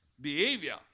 behavior